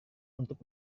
untuk